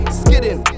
skidding